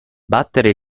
battere